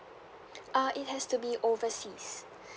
uh it has to be overseas